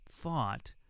thought